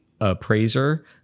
appraiser